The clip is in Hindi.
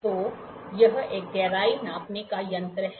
तो यह एक गहराई नापने का यंत्र है